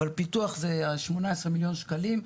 אבל, פיתוח זה השמונה עשרה מיליון שקלים,